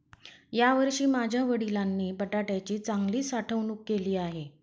यावर्षी माझ्या वडिलांनी बटाट्याची चांगली साठवणूक केली आहे